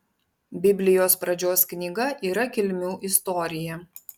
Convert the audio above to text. biblijos pradžios knyga yra kilmių istorija